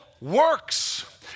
works